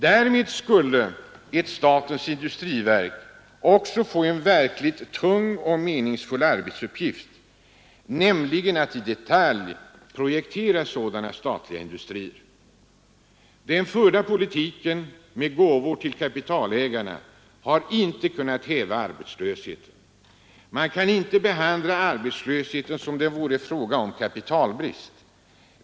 Därmed skulle ett statens industriverk också få en verkligt tung och meningsfull arbetsuppgift, nämligen att i detalj projektera sådana statliga industrier. Den förda politiken med gåvor till kapitalägarna har inte kunnat häva arbetslösheten. Man kan inte behandla arbetslösheten som om den vore en fråga om kapitalbrist.